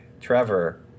Trevor